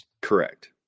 Correct